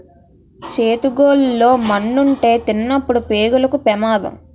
చేతి గోళ్లు లో మన్నుంటే తినినప్పుడు పేగులకు పెమాదం